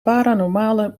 paranormale